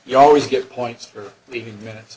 you always get points for leading minutes